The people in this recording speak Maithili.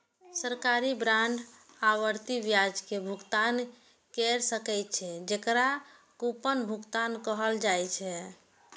सरकारी बांड आवर्ती ब्याज के भुगतान कैर सकै छै, जेकरा कूपन भुगतान कहल जाइ छै